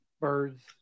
birds